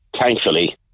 thankfully